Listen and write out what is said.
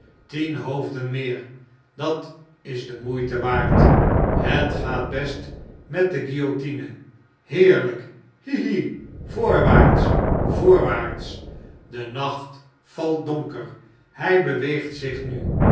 tien hoofden meer dat is de moeite waard het gaat best met de guillotine heerlp hi hi vooruit voorwaarts de nacht valt donker hij beweegt zich nu